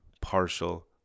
partial